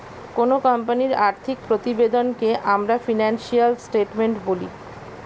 কোনো কোম্পানির আর্থিক প্রতিবেদনকে আমরা ফিনান্সিয়াল স্টেটমেন্ট বলি